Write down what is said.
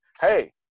hey